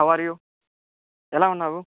how are you ఎలా ఉన్నావు